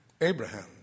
Abraham